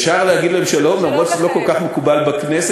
אפשר להגיד להם שלום אף שזה לא כל כך מקובל בכנסת,